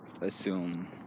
assume